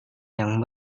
yang